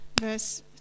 verse